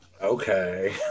Okay